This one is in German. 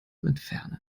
entfernen